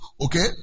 okay